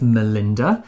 Melinda